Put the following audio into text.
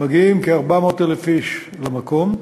מגיעים כ-400,000 איש למקום,